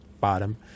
bottom